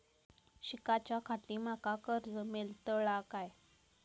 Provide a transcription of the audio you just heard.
शिकाच्याखाती माका कर्ज मेलतळा काय?